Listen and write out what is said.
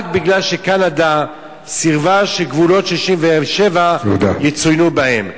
רק כי קנדה סירבה שגבולות 67' יצוינו בה.